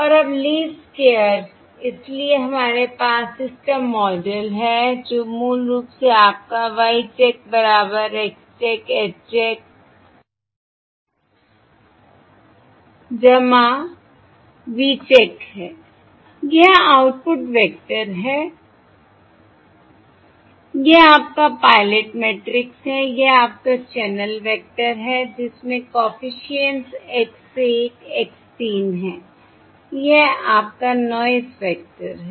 और अब least squares इसलिए हमारे पास सिस्टम मॉडल है जो मूल रूप से आपका Y चेक बराबर X check H check V check है यह आउटपुट वेक्टर है यह आपका पायलट मैट्रिक्स है यह आपका चैनल वेक्टर है जिसमें कॉफिशिएंट्स X 1 X 3 है यह आपका नॉयस वेक्टर है